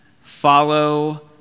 follow